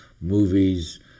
movies